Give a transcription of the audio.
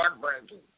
heartbreaking